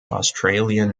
australian